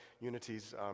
unity's